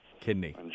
kidney